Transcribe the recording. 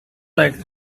like